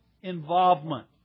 involvement